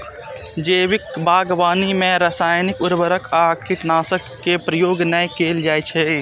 जैविक बागवानी मे रासायनिक उर्वरक आ कीटनाशक के प्रयोग नै कैल जाइ छै